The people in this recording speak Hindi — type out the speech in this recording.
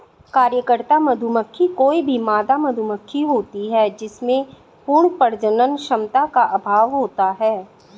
कार्यकर्ता मधुमक्खी कोई भी मादा मधुमक्खी होती है जिसमें पूर्ण प्रजनन क्षमता का अभाव होता है